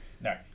No